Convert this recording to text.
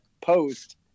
post